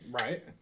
Right